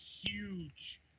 huge